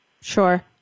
Sure